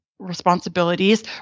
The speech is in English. responsibilities